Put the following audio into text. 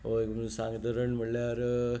सांगपाचें म्हणल्यार